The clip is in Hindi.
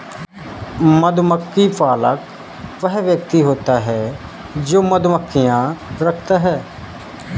मधुमक्खी पालक वह व्यक्ति होता है जो मधुमक्खियां रखता है